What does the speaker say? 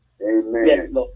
Amen